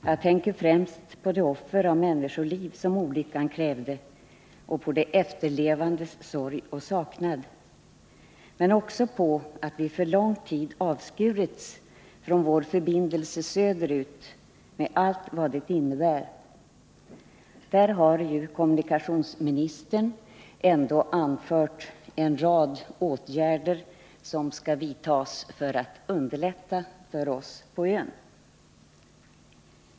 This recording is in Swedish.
Jag tänker främst på de offer i människoliv som olyckan krävde och på de efterlevandes sorg och saknad. Men jag tänker också på att vi för lång tid har avskurits från vår förbindelse söderut med allt vad det innebär. Där har kommunikationsministern anfört en rad åtgärder som skall vidtas för att underlätta för oss på ön.